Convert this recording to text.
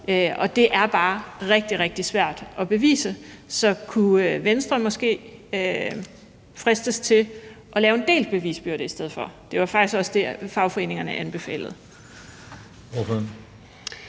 Og det er bare rigtig, rigtig svært at bevise. Så kunne Venstre måske fristes til at lave en delt bevisbyrde i stedet for? Det var faktisk også det, fagforeningerne anbefalede.